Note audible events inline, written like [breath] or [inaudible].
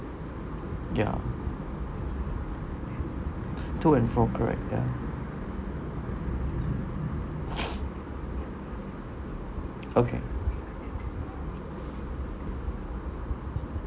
ya to and fro correct ya [breath] okay